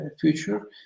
future